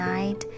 Night